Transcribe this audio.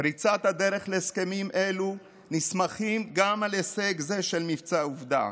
פריצת הדרך להסכמים אלו נסמכת גם על הישג זה של מבצע עובדה,